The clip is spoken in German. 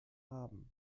haben